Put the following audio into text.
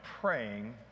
praying